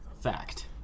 fact